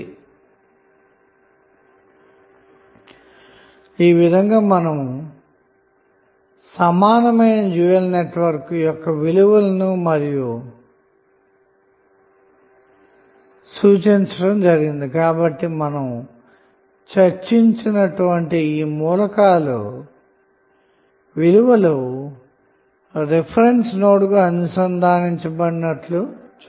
vlcsnap 2019 08 31 18h47m47s267 ఈ విధంగా సమానమైన డ్యూయల్ నెట్వర్క్ యొక్క విలువలను మీరు సూచించవచ్చు కాబట్టి మనం చర్చించినటువంటి ఈ మూలకాల విలువలు రిఫరెన్స్ నోడ్కు అనుసంధానించబడినట్లు గమనించ వచ్చును